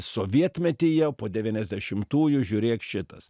sovietmetyje po devyniasdešimtųjų žiūrėk šitas